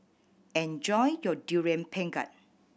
enjoy your Durian Pengat